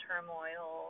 Turmoil